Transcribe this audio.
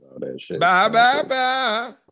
Bye-bye-bye